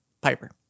Piper